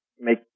make